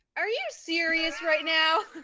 are you serious right now?